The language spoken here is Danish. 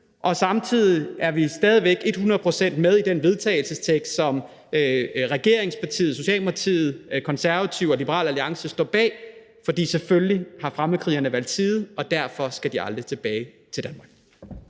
og samtidig er vi stadig væk ethundrede procent med i den vedtagelsestekst, som regeringspartiet, Socialdemokratiet, De Konservative og Liberal Alliance står bag, for selvfølgelig har fremmedkrigerne valgt side, og derfor skal de aldrig tilbage til Danmark.